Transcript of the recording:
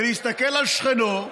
להסתכל על שכנו,